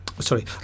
Sorry